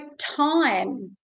time